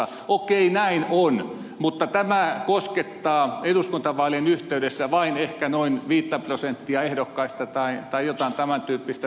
okei näin on mutta tämä koskettaa eduskuntavaalien yhteydessä vain ehkä noin viittä prosenttia ehdokkaista tai jotain tämän tyyppistä suuruusluokkaa